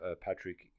Patrick